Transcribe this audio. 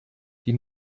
die